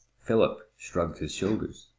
philip shrugged his shoulders.